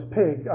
pig